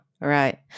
right